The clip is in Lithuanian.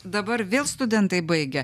dabar vėl studentai baigia